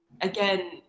again